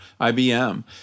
IBM